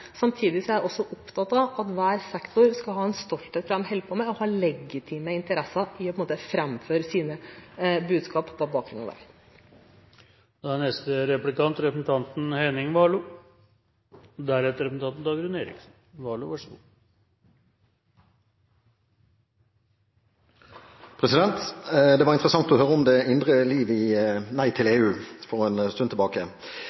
Samtidig er jeg opptatt av at man i hver sektor skal føle en stolthet for det man holder på med, og ha legitime interesser i å framføre sine budskap på bakgrunn av det. Det var interessant å høre om det indre liv i Nei til